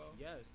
yes